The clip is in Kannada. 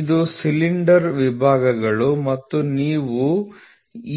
ಇದು ಸಿಲಿಂಡರ್ ವಿಭಾಗಗಳು ಮತ್ತು ನೀವು